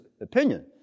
opinion